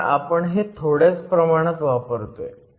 पण आपण हे थोड्याच प्रमाणात वापरतोय